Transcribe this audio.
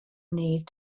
need